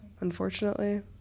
unfortunately